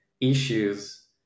issues